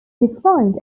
defined